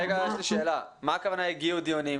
מה הכוונה הגיעו דיונים?